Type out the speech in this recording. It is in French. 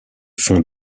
fond